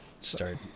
start